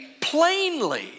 plainly